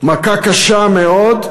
מכה קשה מאוד,